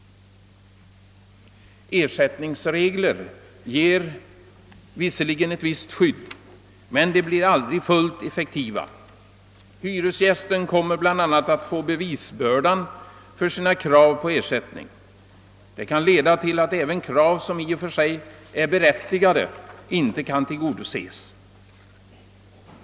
Ersättningsregler ger visserligen eit visst skydd, men de blir aldrig fullt effektiva. Hyresgästen kommer bl.a. att få bevisbördan för sina krav på ersättning. Detta kan leda till att även krav som i och för sig är berättigade inte kan tillgodoses.